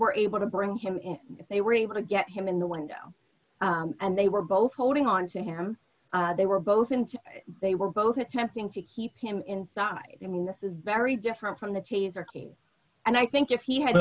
were able to bring him in they were able to get him in the window and they were both holding on to him they were both and they were both attempting to keep him inside and this is very different from the taser came and i think if he had